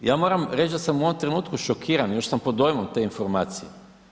Ja moram reć da sam u ovom trenutku šokiran, još sam pod dojmom te informacije.